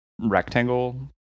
rectangle